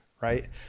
right